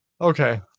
Okay